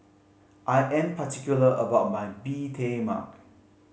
I am particular about my Bee Tai Mak